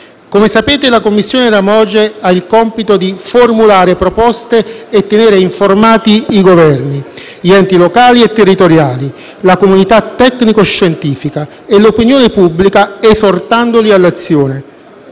Come sapete, la commissione Ramoge ha il compito di formulare proposte e tenere informati i Governi, gli enti locali e territoriali, la comunità tecnico-scientifica e l'opinione pubblica, esortandoli all'azione.